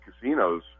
casinos